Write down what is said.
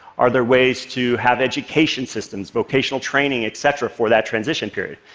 are there ways to have education systems, vocational training, etc, for that transition period.